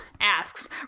asks